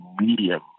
medium